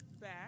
Back